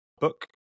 book